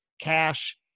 cash